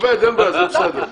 עובד, אין בעיה, זה בסדר.